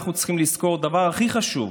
אנחנו צריכים לזכור את הדבר הכי חשוב: